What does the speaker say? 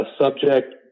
subject